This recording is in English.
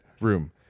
Room